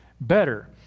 better